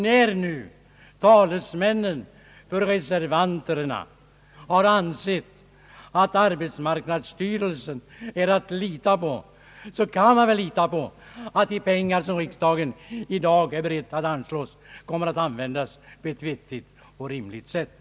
När nu talesmännen för reservanterna också de anser att arbetsmarknadsstyrelsen är att lita på, kan vi väl lita på att de pengar som riksdagen i dag är beredd att anslå kommer att användas på ett vettigt och rimligt sätt.